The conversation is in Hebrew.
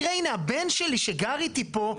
הנה תראה את הבן שלי שגר איתי פה,